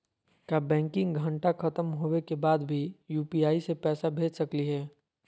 का बैंकिंग घंटा खत्म होवे के बाद भी यू.पी.आई से पैसा भेज सकली हे?